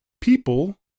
people